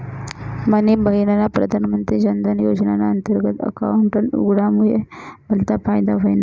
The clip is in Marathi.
मनी बहिनना प्रधानमंत्री जनधन योजनाना अंतर्गत अकाउंट उघडामुये भलता फायदा व्हयना